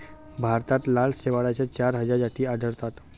भारतात लाल शेवाळाच्या चार हजार जाती आढळतात